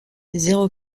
zéro